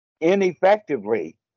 ineffectively